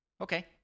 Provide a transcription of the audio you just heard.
Okay